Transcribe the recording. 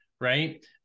right